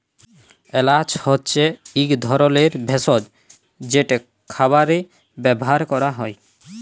এল্যাচ হছে ইক ধরলের ভেসজ যেট খাবারে ব্যাভার ক্যরা হ্যয়